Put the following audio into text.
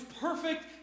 perfect